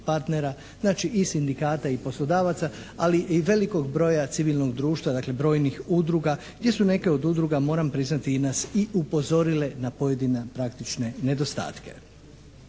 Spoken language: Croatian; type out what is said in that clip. partnera, znači i sindikata i poslodavaca, ali i velikog broja civilnog društva, dakle brojnih udruga gdje su neke od udruga moram priznati nas i upozorile na pojedine praktične nedostatke.